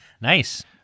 Nice